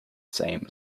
same